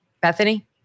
Bethany